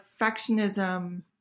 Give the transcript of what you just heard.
perfectionism